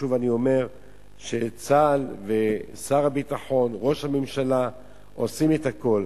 שוב אני אומר שצה"ל ושר הביטחון וראש הממשלה עושים את הכול.